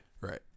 Right